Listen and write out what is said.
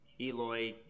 Eloy